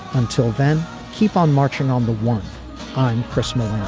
until then keep on marching on the one on christmas